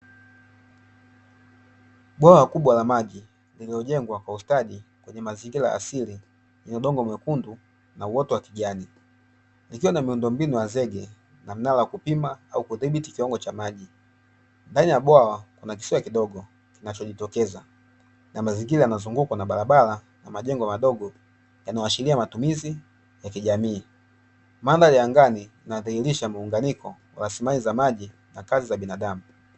Bwawa kubwa la maji, lililojengwa kwa ustadi kwenye mazingira asili yenye udongo mwekundu na uoto wa kijani, likiwa na miundombinu ya zege na mnara wa kupima au kidhibiti kiwango cha maji. Ndani ya bwawa kuna kisiwa kidogo kinachojitokeza na mazingira yanazungukwa na barabara na majengo madogo, yanayoashiria matumizi ya kijamii. Mandhari ya angani inadhihirisha muunganiko wa rasilimali za maji na kazi za binadamu.